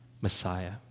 Messiah